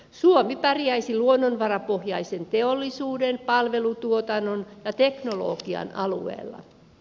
suomi pärjäisi luonnonvarapohjaisen teollisuuden palvelutuotannon ja teknologian alueella